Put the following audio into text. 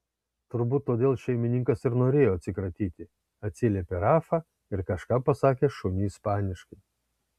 turbūt todėl šeimininkas ir norėjo atsikratyti atsiliepė rafa ir kažką pasakė šuniui ispaniškai